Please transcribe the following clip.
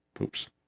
oops